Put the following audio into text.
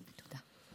תודה.